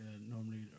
normally